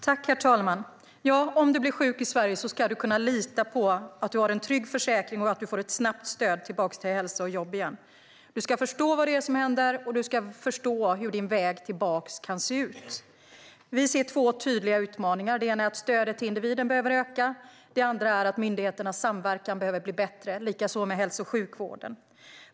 Herr talman! Om du blir sjuk i Sverige ska du kunna lita på att du har en trygg försäkring och att du får ett snabbt stöd för att komma tillbaka till hälsa och jobb. Du ska förstå vad det är som händer, och du ska förstå hur din väg tillbaka kan se ut. Vi ser två tydliga utmaningar. Den ena är att stödet till individen behöver öka. Den andra är att myndigheternas samverkan behöver bli bättre, likaså med hälso och sjukvården.